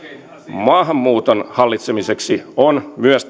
maahanmuuton hallitsemiseksi on myös